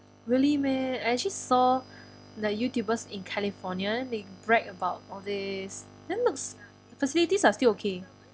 really meh I actually saw like YouTubers in california they brag about all these then looks facilities are still okay